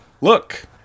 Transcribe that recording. Look